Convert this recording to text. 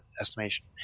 estimation